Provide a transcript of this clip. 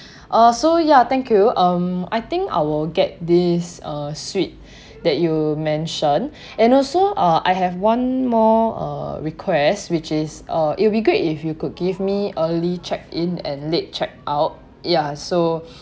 ah so ya thank you um I think I will get this uh suite that you mentioned and also uh I have one more uh request which is uh it will be great if you could give me early check in and late check out ya so